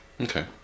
okay